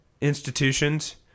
institutions